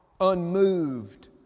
unmoved